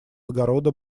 огорода